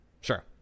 Sure